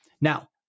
Now